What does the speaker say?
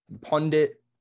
pundit